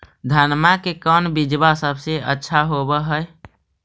धनमा के कौन बिजबा सबसे अच्छा होव है?